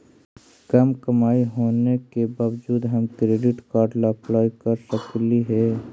कम कमाई होने के बाबजूद हम क्रेडिट कार्ड ला अप्लाई कर सकली हे?